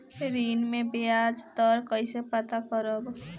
ऋण में बयाज दर कईसे पता करब?